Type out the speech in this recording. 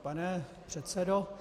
Pane předsedo.